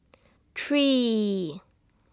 three